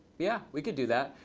yeah, we could do that.